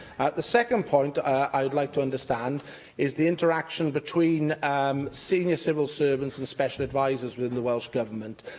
the second point i would like to understand is the interaction between um senior civil servants and special advisers within the welsh government.